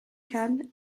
khan